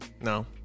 No